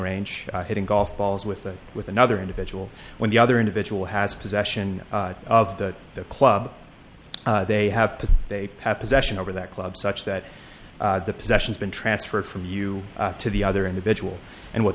range hitting golf balls with with another individual when the other individual has possession of the club they have put they have possession over that club such that the possessions been transferred from you to the other individual and what